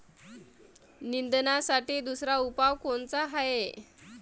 निंदनासाठी दुसरा उपाव कोनचा हाये?